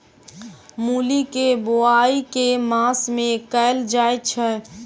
मूली केँ बोआई केँ मास मे कैल जाएँ छैय?